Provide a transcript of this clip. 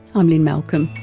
i'm lynne malcolm,